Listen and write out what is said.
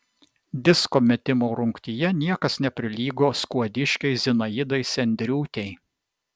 disko metimo rungtyje niekas neprilygo skuodiškei zinaidai sendriūtei